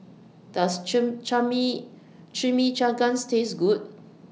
Does Chimichangas Taste Good